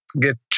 get